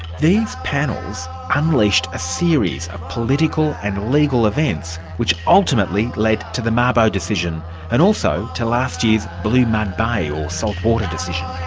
these panels unleashed a series of political and legal events which ultimately led to the mabo decision and also to last year's blue mud bay or saltwater decision.